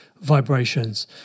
vibrations